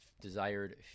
desired